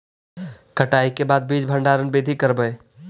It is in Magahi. कटाई के बाद बीज भंडारन बीधी करबय?